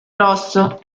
rosso